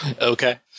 Okay